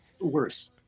Worse